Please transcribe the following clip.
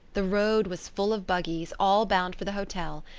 the road was full of buggies, all bound for the hotel,